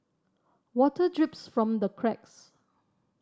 water drips from the cracks